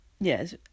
yes